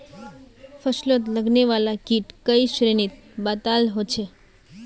फस्लोत लगने वाला कीट कई श्रेनित बताल होछे